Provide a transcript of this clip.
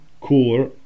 cooler